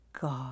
God